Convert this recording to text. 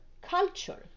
culture